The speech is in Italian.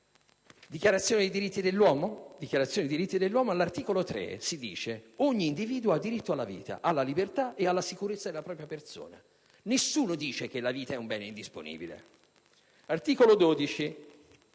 Dichiarazione dei diritti dell'uomo, all'articolo 3 si dice che ogni individuo ha diritto alla vita, alla libertà e alla sicurezza della propria persona. Nessuno dice che la vita è un bene indisponibile. All'articolo 12,